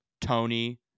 Tony